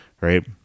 Right